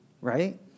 right